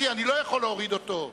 אני לא יכול להוריד אותו.